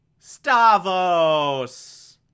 Stavos